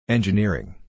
Engineering